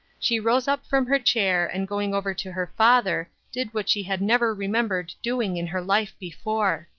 she rose up from her chair, and going over to her father did what she had never remembered doing in her life before.